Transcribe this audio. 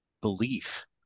belief